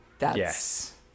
Yes